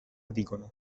dicono